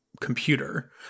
computer